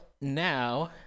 now